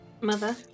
mother